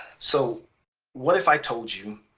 so what if i told you